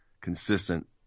consistent